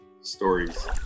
stories